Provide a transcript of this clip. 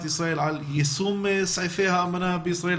ישראל על יישום סעיפי האמנה בישראל.